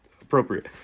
appropriate